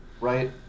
Right